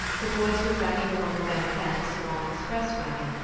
the boys were dragging along the banquette a small express wagon,